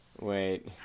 Wait